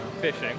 Fishing